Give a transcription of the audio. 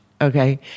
okay